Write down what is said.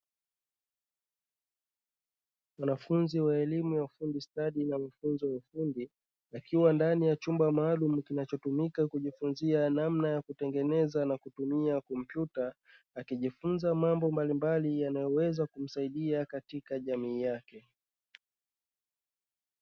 Mwanafunzi wa elimu ya ufundi stadi na mafunzo ya ufundi akiwa ndani ya chumba maalumu kinachotumika kujifunzia namna ya kutengeneza na kutumia kompyuta, akijifunza mambo mbalimbali yanayoweza kumsaidia katika jamii yake.